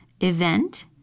event